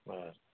बर